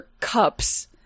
cups